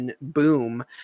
boom